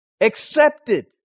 accepted